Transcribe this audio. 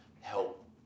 help